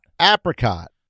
Apricot